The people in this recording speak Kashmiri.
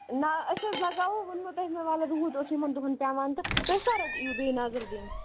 نہ أسۍ حظ لگاوَو ووٚنمو تۄہہِ مےٚ واللّٰہ روٗد اوس یِمن دۅہن پیٚوان تہٕ تُہۍ کَر حظ یِیِو بیٚیہِ نظر دِنہِ